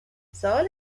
سال